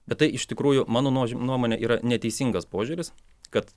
bet tai iš tikrųjų mano nuož nuomone yra neteisingas požiūris kad